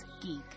geek